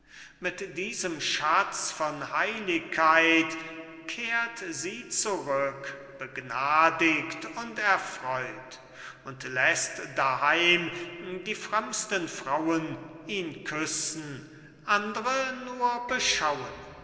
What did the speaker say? mit diesem schatz von heiligkeit kehrt sie zurück begnadigt und erfreut und läßt daheim die frömmsten frauen ihn küssen andre nur beschauen